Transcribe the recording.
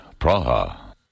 Praha